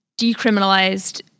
decriminalized